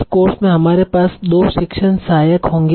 इस कोर्स में हमारे पास दो शिक्षण सहायक होंगे